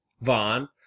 Vaughn